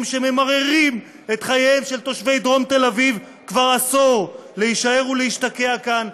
שממררים את חייהם של תושבי דרום תל-אביב כבר עשור להישאר ולהשתקע כאן,